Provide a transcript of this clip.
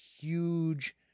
huge